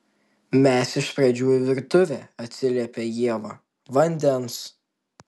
mes iš pradžių į virtuvę atsiliepia ieva vandens